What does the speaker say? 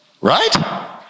right